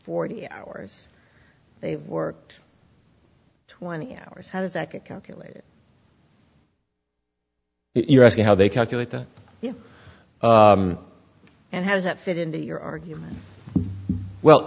forty hours they've worked twenty hours how does that get calculated you're asking how they calculate to you and how does that fit into your argument well